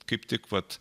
kaip tik vat